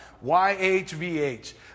Y-H-V-H